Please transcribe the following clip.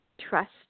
trust